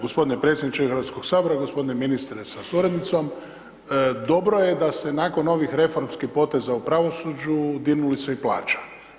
Gospodine predsjedniče Hrvatskog sabora, g. ministre sa suradnicom, dobro je da se nakon ovih reformskih poteza u pravosuđu dignula se i plaća.